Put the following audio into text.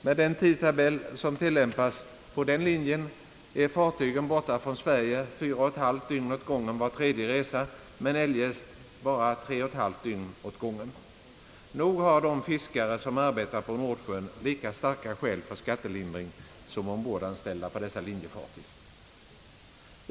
Med den tidtabell som tillämpas på denna linje är fartygen borta från Sverige fyra och ett halvt dygn åt gången var tredje resa men eljest bara tre och ett halvt dygn åt gången. Nog har de fiskare som arbetar på Nordsjön lika starka skäl för skattelindring som ombordanställda på dessa linjefartyg.